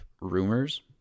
rumors